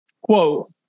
quote